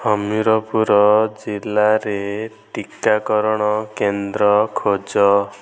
ହମୀରପୁର ଜିଲ୍ଲାରେ ଟିକାକରଣ କେନ୍ଦ୍ର ଖୋଜ